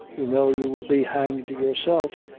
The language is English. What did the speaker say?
you know you will be hanged yourself.